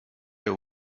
you